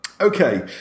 Okay